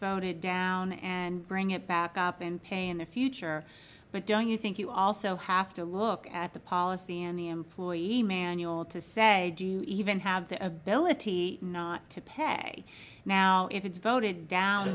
voted down and bring it back up and pay in the future but don't you think you also have to look at the policy and the employee manual to say do you even have the ability not to pay now if it's voted down